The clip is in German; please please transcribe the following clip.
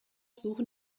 suchen